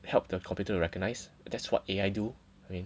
help the computer recognize that's what A_I do I mean